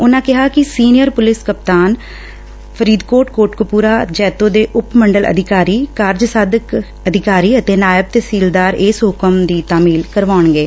ਉਨੂਾ ਕਿਹਾ ਕਿ ਸੀਨੀਅਰ ਪੁਲਿਸ ਕਪਤਾਨ ਫਰੀਦਕੋਟ ਕੋਟਕਪੂਰਾ ਜੈਤੋ ਉਪ ਮੰਡਲ ਅਧਿਕਾਰੀ ਕਾਰਜਸਾਧਕ ਅਧਿਕਾਰੀ ਅਤੇ ਨਾਇਬ ਤਹਿਸੀਲਦਾਰ ਇਸ ਹੁਕਮ ਦੀ ਤਾਮੀਲ ਕਰਵਾਉਣਗੇ